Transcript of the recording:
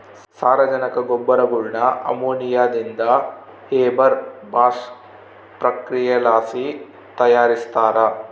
ಸಾರಜನಕ ಗೊಬ್ಬರಗುಳ್ನ ಅಮೋನಿಯಾದಿಂದ ಹೇಬರ್ ಬಾಷ್ ಪ್ರಕ್ರಿಯೆಲಾಸಿ ತಯಾರಿಸ್ತಾರ